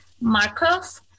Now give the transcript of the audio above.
Markov